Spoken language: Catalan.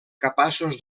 capaços